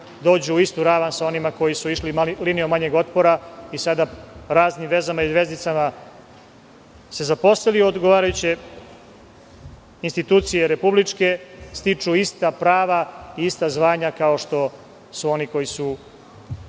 dođu u istu ravan sa onima koji su išli linijom manjeg otpora i sa raznim vezama i vezicama se zaposlili u odgovarajuće republičke institucije, stiču ista prava i ista zvanja kao što su oni koji su